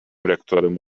rektorem